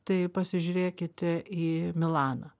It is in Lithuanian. tai pasižiūrėkite į milaną